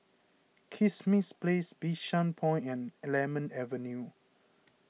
Kismis Place Bishan Point and Lemon Avenue